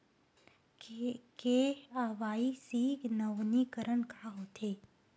KYC नवीनीकरण का होथे?